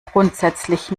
grundsätzlich